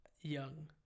Young